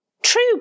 True